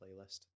playlist